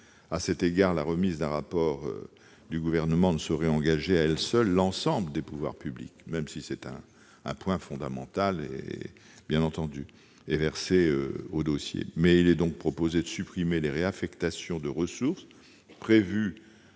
À cet égard, la remise d'un rapport du Gouvernement ne saurait engager à elle seule l'ensemble des pouvoirs publics, même si ce point fondamental est versé au dossier. Il est donc proposé de supprimer les réaffectations de ressources prévues